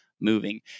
moving